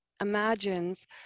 imagines